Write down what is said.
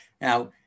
Now